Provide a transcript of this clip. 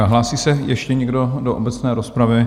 Hlásí se ještě někdo do obecné rozpravy?